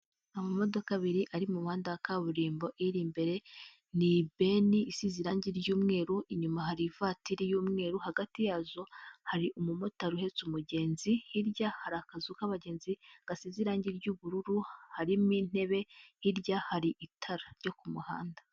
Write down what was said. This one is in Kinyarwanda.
Amamodoka abiri ari mu muhanda wa kaburimbo, iri imbere ni ibeni isize irangi ry'umweru, inyuma hari ivatiri y'umweru, hagati yazo hari umumotari uhetse umugenzi, hirya hari akazu k'abagenzi gasize irangi ry'ubururu harimo intebe, hirya hari itara ryo ku muhanda.